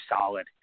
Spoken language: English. solid